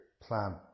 plan